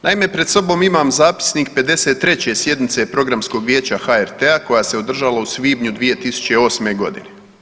Naime, pred sobom imam zapisnik 53. sjednice Programskog vijeća HRT-a koja se održala u svibnju 2008. godine.